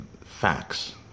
facts